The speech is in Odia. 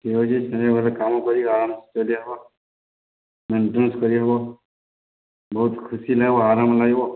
ଠିକ୍ଅଛି ଦିନବେଳେ କାମ କରିକି ଆରାମ କରିହେବ ମେଣ୍ଟେନାନସ୍ କରିହେବ ବହୁତ ଖୁସି ଲାଗିବ ଆରାମ ଲାଗିବ